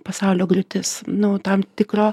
pasaulio griūtis nu tam tikro